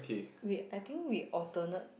wait I think we alternate